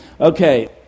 Okay